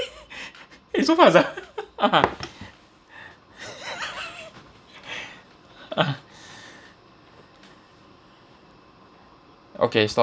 eh so fast ah a'ah ah